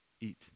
Eat